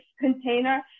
container